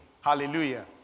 Hallelujah